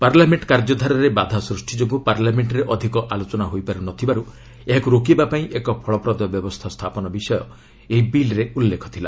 ପାର୍ଲାମେଙ୍କ କାର୍ଯ୍ୟଧାରାରେ ବାଧା ସୃଷ୍ଟି ଯୋଗୁଁ ପାର୍ଲାମେଣ୍ଟରେ ଅଧିକ ଆଲୋଚନା ହୋଇପାରୁ ନଥିବାରୁ ଏହାକୁ ରୋକିବା ପାଇଁ ଏକ ଫଳପ୍ରଦ ବ୍ୟବସ୍ଥା ସ୍ଥାପନ ବିଷୟ ଏହି ବିଲ୍ରେ ଉଲ୍ଲେଖ ଥିଲା